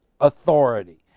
authority